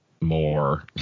more